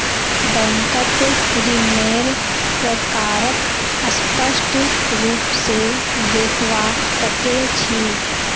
बैंकत ऋन्नेर प्रकारक स्पष्ट रूप से देखवा सके छी